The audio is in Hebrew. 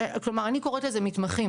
כלומר אני קוראת לזה מתמחים,